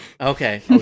Okay